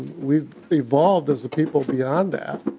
we evolved as a people beyond that.